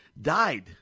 died